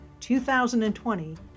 2020